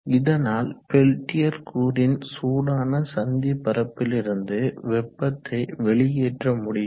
இதனால் பெல்டியர் கூறின் சூடான சந்தி பரப்பிலிருந்து வெப்பத்தை வெளியேற்ற முடியும்